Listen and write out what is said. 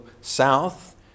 south